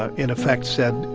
ah in effect, said,